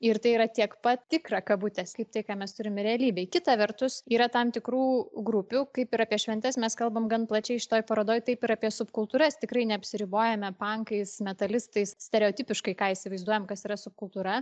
ir tai yra tiek pat tikra kabutės kaip tai ką mes turime realybėj kita vertus yra tam tikrų grupių kaip ir apie šventes mes kalbame gan plačiai šitoj parodoj taip ir apie subkultūras tikrai neapsiribojame pankais metalistais stereotipiškai ką įsivaizduojam kas yra subkultūra